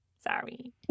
Sorry